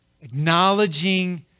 Acknowledging